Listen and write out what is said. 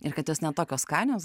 ir kad jos ne tokios skanios